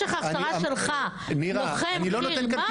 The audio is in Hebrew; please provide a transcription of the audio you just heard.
משך ההכשרה שלך, לוחם חי"ר מה הוא?